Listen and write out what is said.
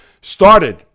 started